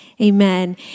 Amen